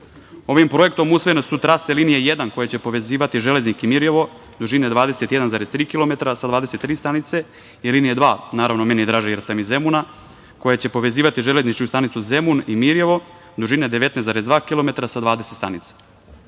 projektom usvojene su trase linije jedan, koja će povezivati Železnik i Mirijevo, dužine 21,3 kilometra sa 23 stanice, i linija dva, naravno, meni je draže, jer sam iz Zemuna, koja će povezivati železničku stanicu Zemun i Mirijevo, dužine 19,2 kilometra sa 20 stanica.